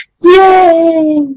Yay